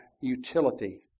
utility